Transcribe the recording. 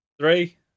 Three